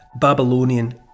Babylonian